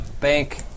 bank